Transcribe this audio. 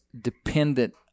dependent